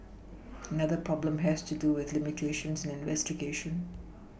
another problem has to do with limitations investigation